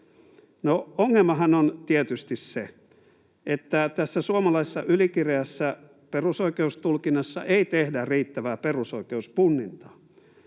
ongelmahan on tietysti se, että tässä suomalaisessa ylikireässä perusoikeustulkinnassa ei tehdä riittävää perusoikeuspunnintaa.